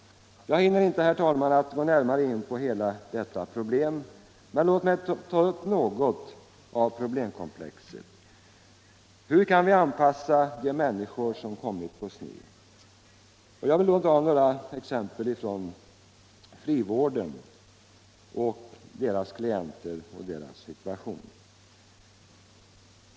Jag hinner inte, herr talman, gå närmare in på hela detta problem, men låt mig ta upp något av problemkomplexet. Hur kan vi anpassa de människor som kommit på sned? Här kommer jag in på frivårdens klienter och deras situation.